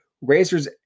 Razor's